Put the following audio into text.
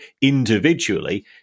individually